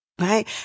Right